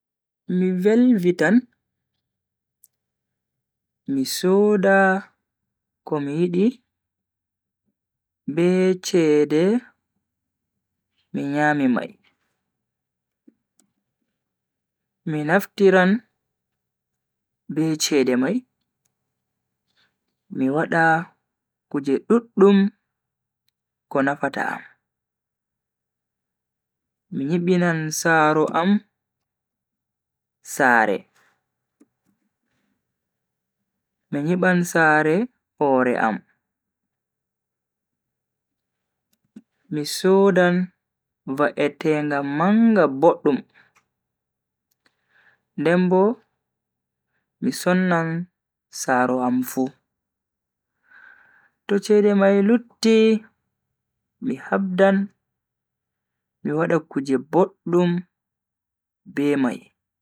Mi velvitan, mi soda komi yidi be cede mi nyami mai. Mi naftran be cede mai mi wada kuje duddum ko nafata am. mi nyibinan saaro am sare, mi nyiban sare hore am, mi sodan va'etenga manga boddum den bo mi sonnan saaro am fu. To cede mai lutti mi habdan mi wada kuje boddum be mai.